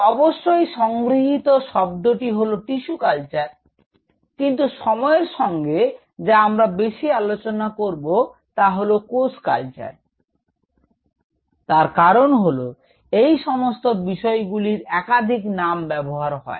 তো অবশ্যই সংগৃহীত শব্দটি হল টিস্যু কালচার কিন্তু সময়ের সঙ্গে যা আমরা বেশি আলোচনা করব তা হল কোষ কালচার তার কারণ হল এই সমস্ত বিষয়গুলির একাধিক নাম ব্যবহার হয়